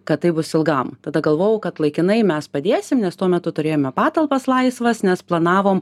kad tai bus ilgam tada galvojau kad laikinai mes padėsim nes tuo metu turėjome patalpas laisvas nes planavom